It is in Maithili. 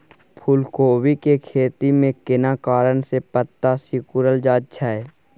फूलकोबी के खेती में केना कारण से पत्ता सिकुरल जाईत छै?